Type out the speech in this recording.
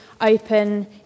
open